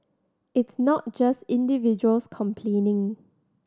it's not just individuals complaining